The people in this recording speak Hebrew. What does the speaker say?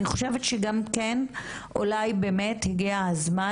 אני חושבת שגם כן אולי באמת הגיע הזמן